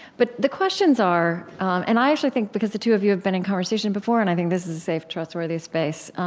but the questions are and i actually think, because the two of you have been in conversation before, and i think this is a safe, trustworthy space,